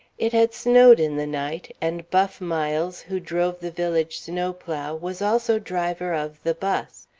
it had snowed in the night, and buff miles, who drove the village snowplow, was also driver of the bus.